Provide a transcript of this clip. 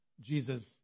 Jesus